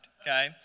Okay